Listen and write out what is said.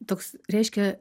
toks reiškia